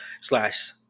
slash